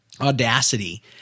Audacity